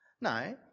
No